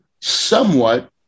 somewhat